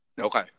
Okay